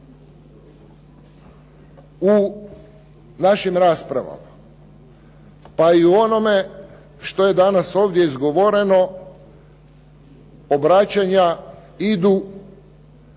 U našim raspravama, pa i u onome što je ovdje danas izgovoreno, obraćanja idu